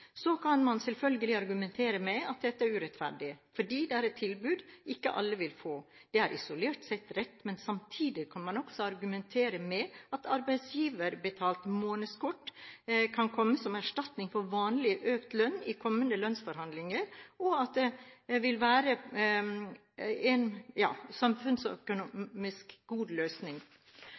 Så kan man selvfølgelig argumentere med at dette er urettferdig fordi det er et tilbud ikke alle vil få. Det er isolert sett rett, men samtidig kan man også argumentere med at arbeidsgiverbetalt månedskort kan komme som erstatning for vanlig økt lønn i kommende lønnsforhandlinger, og at det vil være en samfunnsøkonomisk god løsning.